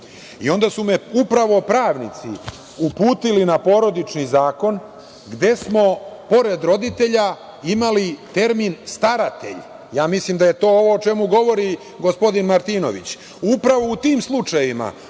i onda su me upravo pravnici uputili na Porodični zakon gde smo pored roditelja imali termin staratelj. Ja mislim da je to ovo o čemu govori gospodin Martinović. Upravo u tim slučajevima